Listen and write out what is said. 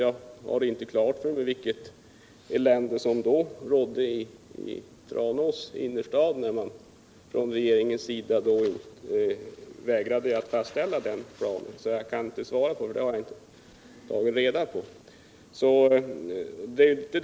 Jag hade inte tagit reda på vilket elände som rådde i Tranås innerstad, då man från den förra regeringens sida vägrade att fastställa planen. Jag kan alltså inte ge något svar på detta, eftersom jag inte tagit reda på förhållandena.